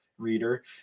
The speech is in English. reader